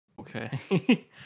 Okay